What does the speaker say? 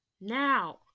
Now